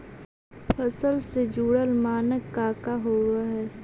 फसल से जुड़ल मानक का का होव हइ?